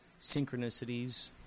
synchronicities